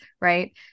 right